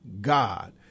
God